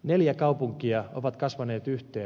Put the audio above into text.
neljä kaupunkia ovat kasvaneet yhteen